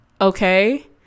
okay